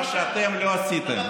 מה שאתם לא עשיתם.